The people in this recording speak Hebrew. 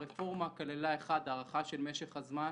הרפורמה כללה: הארכה של משך הזמן